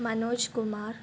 Manoj Kumar